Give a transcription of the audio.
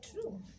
True